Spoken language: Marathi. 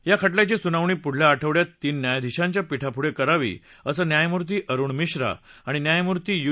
या खटल्याची सुनावणी पुढल्या आठवड्यात तीन न्यायाधिशांच्या पीठापुढळिरावी असं न्यायमुर्ती अरुण मिश्रा आणि न्यायमुर्ती यू